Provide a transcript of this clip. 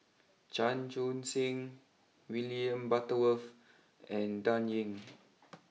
Chan Chun sing William Butterworth and Dan Ying